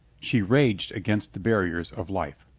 she raged against the barriers of life.